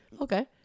Okay